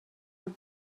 were